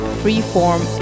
freeform